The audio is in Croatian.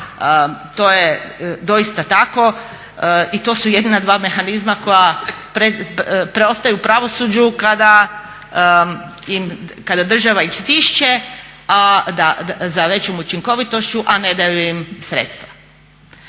to je doista tako i to su jedina dva mehanizama koja preostaju pravosuđu kada ih država stišće za većom učinkovitošću, a ne daju im sredstva.